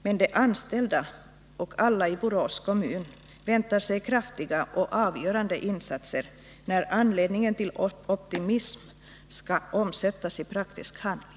Men de anställda och alla i Borås kommun väntar sig kraftiga och avgörande insatser när anledningen till optimism skall omsättas i praktisk handling.